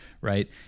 right